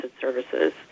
services